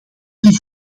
die